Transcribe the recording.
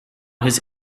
his